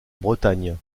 bretagne